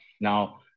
Now